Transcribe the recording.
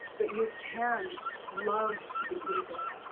but you can love the ego.